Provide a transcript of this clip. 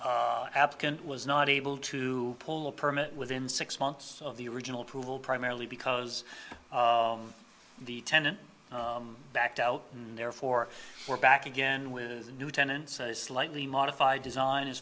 applicant was not able to pull a permit within six months of the original approval primarily because the tenant backed out and therefore we're back again with the new tenants a slightly modified design as